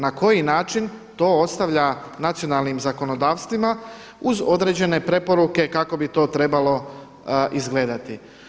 Na koji način, to ostavlja nacionalnim zakonodavstvima uz određene preporuke kako bi to trebalo izgledati.